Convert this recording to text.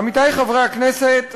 עמיתי חברי הכנסת,